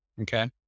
okay